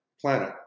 planet